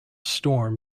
storm